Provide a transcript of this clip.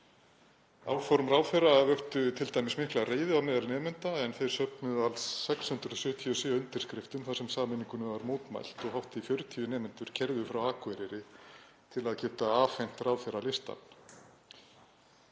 Áform ráðherra vöktu t.d. mikla reiði á meðal nemenda en þeir söfnuðu alls 677 undirskriftum þar sem sameiningunni var mótmælt og hátt í 40 nemendur keyrðu frá Akureyri til að geta afhent ráðherra listann.